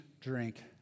drink